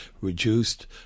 reduced